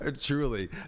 truly